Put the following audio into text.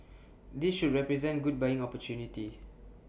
this should represent good buying opportunity